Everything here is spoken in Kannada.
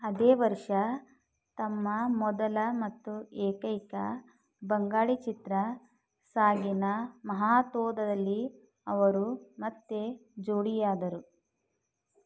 ಅದೇ ವರ್ಷ ತಮ್ಮ ಮೊದಲ ಮತ್ತು ಏಕೈಕ ಬಂಗಾಳಿ ಚಿತ್ರ ಸಾಗಿನಾ ಮಹಾತೋದದಲ್ಲಿ ಅವರು ಮತ್ತು ಜೋಡಿಯಾದರು